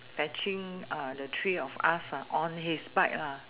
fetching uh the three of us ah on his bike lah